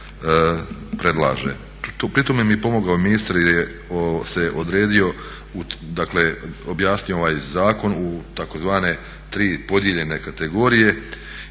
predlaže. Pri tome mi je pomogao ministar jer se odredio dakle objasnio ovaj zakon u tzv. u tri podijeljene kategorije